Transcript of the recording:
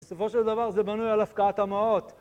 בסופו של דבר, זה בנוי על הפקעת המעות.